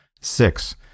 Six